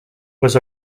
was